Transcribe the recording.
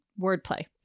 wordplay